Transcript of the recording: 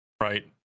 right